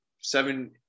seven